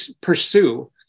pursue